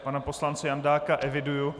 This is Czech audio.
Pana poslance Jandáka eviduji.